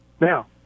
Now